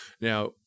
Now